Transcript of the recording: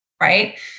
Right